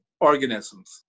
organisms